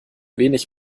wenig